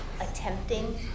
attempting